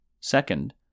Second